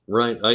right